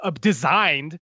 designed